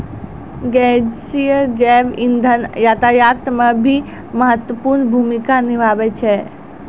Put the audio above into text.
गैसीय जैव इंधन यातायात म भी महत्वपूर्ण भूमिका निभावै छै